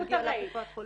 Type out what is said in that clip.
מגיע לה קופת חולים.